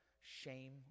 shame